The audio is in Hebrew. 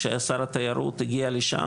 כשהיה שר התיירות הגיע לשם,